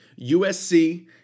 USC